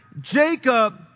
Jacob